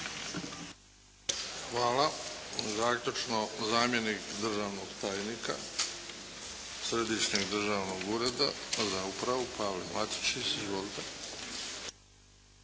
Hvala. Zaključno, zamjenik državnog tajnika Središnjeg državnog ureda za upravu, Pavle Matičić.